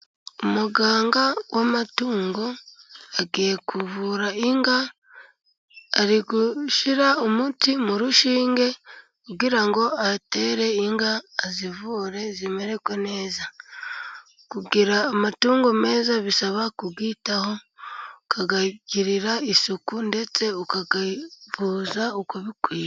Umuganga w'amatungo agiye kuvura inka, ari gushyira umuti mu rushinge kugira ngo atere inka, azivure zimererwa neza. Kugira amatungo meza bisaba kuyitaho ukayagirira isuku ndetse ukayavuza uko bikwiye.